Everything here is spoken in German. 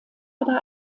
aber